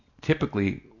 typically